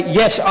yes